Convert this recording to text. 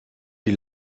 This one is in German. die